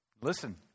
Listen